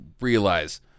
realize